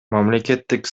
мамлекеттик